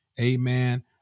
amen